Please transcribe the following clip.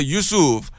Yusuf